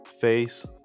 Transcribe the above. Face